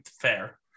Fair